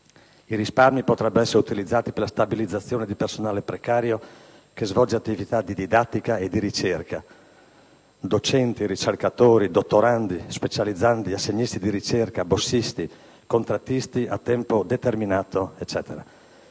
I risparmi potrebbero essere utilizzati per la stabilizzazione di personale precario che svolge attività di didattica e di ricerca: docenti, ricercatori, dottorandi, specializzandi, assegnisti di ricerca, borsisti, contrattisti a tempo determinato eccetera.